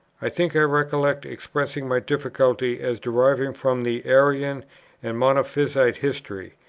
i think i recollect expressing my difficulty, as derived from the arian and monophysite history,